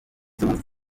mpunzi